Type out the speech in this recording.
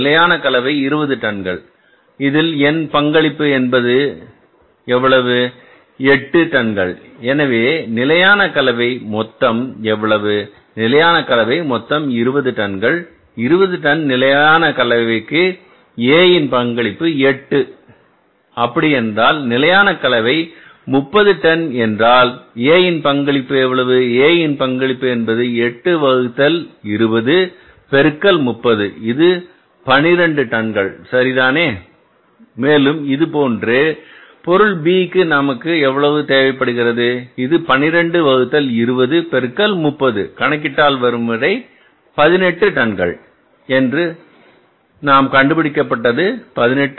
நிலையான கலவை 20 டன்கள் இதில் என் பங்களிப்பு என்பது எவ்வளவு எட்டு டன்கள் எனவே நிலையான கலவை மொத்தம் எவ்வளவு நிலையான கலவை மொத்தம் 20 டன்கள் 20 டன் நிலையான கலவைக்கு A இன் பங்களிப்பு 8 அப்படி என்றால் நிலையான கலவை 30 டன் என்றால் A ன் பங்களிப்பு எவ்வளவு A ன் பங்களிப்பு என்பது 8 வகுத்தல் 20 பெருக்கல் 30 எனவே இது பன்னிரண்டு டன்கள் சரிதானே மேலும் இதுபோன்ற பொருள் B நமக்கு எவ்வளவு தேவைப்படுகிறது இது 12 வகுத்தல் 20 பெருக்கல் 30 என்று கணக்கிட்டால் வரும் விடை 18 டன்கள் என்று நாம் கண்டுபிடிப்பது 18 டன்கள்